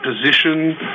position